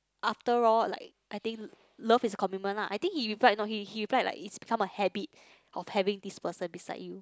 after all like I think love is commitment lah I think he reply not he he reply like it's become a habit of having this person beside you